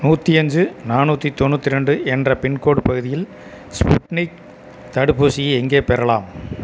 நூற்றி அஞ்சு நானூற்றி தொண்ணூற்றி ரெண்டு என்ற பின்கோடு பகுதியில் ஸ்புட்னிக் தடுப்பூசியை எங்கே பெறலாம்